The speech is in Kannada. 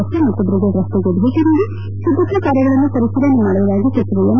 ರಸ್ತೆ ಮತ್ತು ಬ್ರಿಗೇಡ್ ರಸ್ತೆಗೆ ಭೇಟಿ ನೀಡಿ ಸಿದ್ಧತಾ ಕಾರ್ಯಗಳನ್ನು ಪರಿಶೀಲನೆ ಮಾಡುವುದಾಗಿ ಸಚಿವ ಎಂ